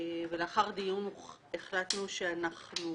לאחר דיון החלטנו שאנחנו